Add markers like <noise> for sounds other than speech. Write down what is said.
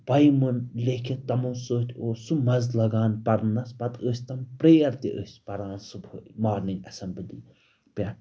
<unintelligible> لیٚکھِتھ تِمو سۭتۍ اوس سُہ مَزٕ لگان پرنَس پَتہٕ ٲسۍ تِم پرٛیَر تہِ ٲسۍ پَران صُبحٲے مارنِنٛگ اٮ۪سمَبٔلی پٮ۪ٹھ